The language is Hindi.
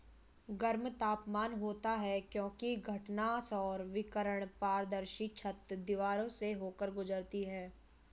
गर्म तापमान होता है क्योंकि घटना सौर विकिरण पारदर्शी छत, दीवारों से होकर गुजरती है